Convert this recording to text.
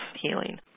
healing